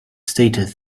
stated